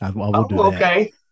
okay